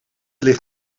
ligt